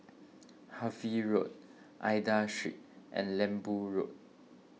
Harvey Road Aida Street and Lembu Road